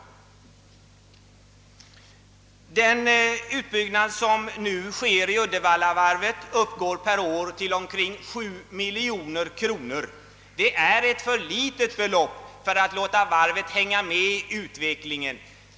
Den utbyggnad som nu sker vid Uddevallavarvet uppgår per år till omkring 7 miljoner kronor. Det är ett för litet belopp för att varvet skall kunna hänga med i utvecklingen.